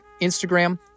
Instagram